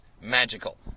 magical